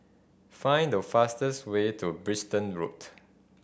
find the fastest way to Bristol Road